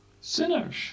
Sinners